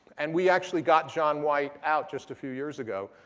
and we actually got john white out just a few years ago.